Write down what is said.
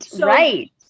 right